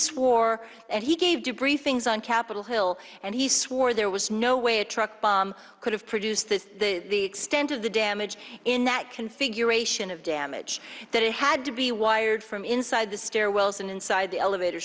swore and he gave to briefings on capitol hill and he swore there was no way a truck bomb could have produced the extent of the damage in that configuration of damage that had to be wired from inside the stairwells and inside the elevator